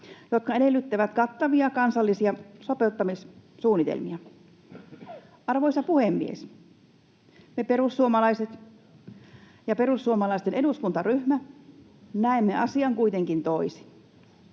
jotka edellyttävät kattavia kansallisia sopeutumissuunnitelmia. Arvoisa puhemies! Me perussuomalaiset ja perussuomalaisten eduskuntaryhmä näemme asian kuitenkin toisin.